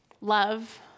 Love